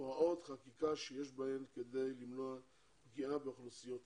הוראות חקיקה שיש בהן כדי למנוע פגיעה באוכלוסיות אלה.